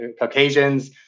Caucasians